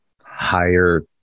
higher